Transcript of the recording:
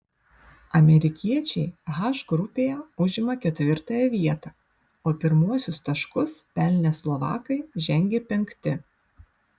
amerikiečiai h grupėje užima ketvirtąją vietą o pirmuosius taškus pelnę slovakai žengia penkti